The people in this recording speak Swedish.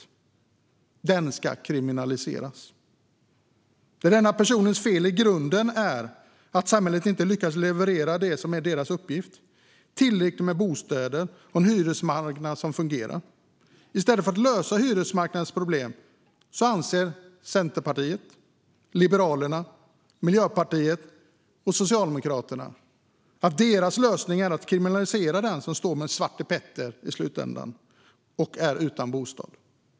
Den personen ska kriminaliseras, trots att felet i grunden är att samhället inte har lyckats leverera det som det är dess uppgift att leverera: tillräckligt med bostäder och en hyresmarknad som fungerar. I stället för att lösa hyresmarknadens problem anser Centerpartiet, Liberalerna, Miljöpartiet och Socialdemokraterna att lösningen är att kriminalisera den som i slutändan står med Svarte Petter på hand och är utan bostad.